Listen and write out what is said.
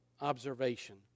observation